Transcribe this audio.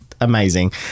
amazing